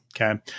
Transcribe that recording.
Okay